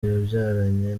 yabyaranye